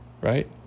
right